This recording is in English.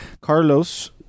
Carlos